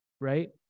Right